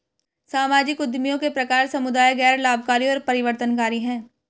सामाजिक उद्यमियों के प्रकार समुदाय, गैर लाभकारी और परिवर्तनकारी हैं